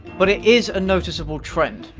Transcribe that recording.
but it is a noticeable trend.